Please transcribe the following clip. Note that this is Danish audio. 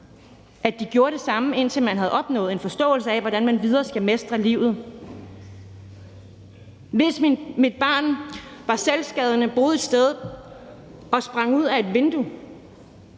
barn, gjorde det samme, indtil man havde opnået en forståelse af, hvordan man videre skal mestre livet. Hvis mit barn var selvskadende, boede et sted og sprang ud af et vindue